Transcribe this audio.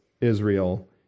Israel